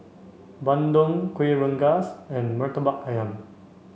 Bandung Kueh Rengas and Murtabak Ayam